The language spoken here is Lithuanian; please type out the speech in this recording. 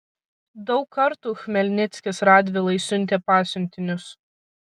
daug kartų chmelnickis radvilai siuntė pasiuntinius